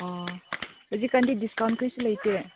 ꯑꯥ ꯍꯧꯖꯤꯛ ꯀꯥꯟꯗꯤ ꯗꯤꯁꯀꯥꯎꯟ ꯀꯔꯤꯁꯨ ꯂꯩꯇꯦ